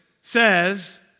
says